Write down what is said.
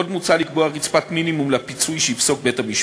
עוד מוצע לקבוע רצפת מינימום לפיצוי שיפסוק בית-המשפט.